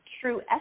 true